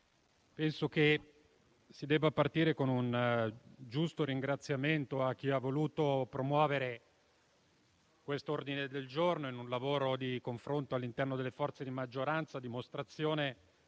penso che si debba partire con un giusto ringraziamento a chi ha voluto promuovere l'ordine del giorno in esame, con un lavoro di confronto all'interno delle forze di maggioranza, a dimostrazione